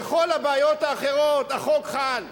בכל הבעיות האחרות החוק חל,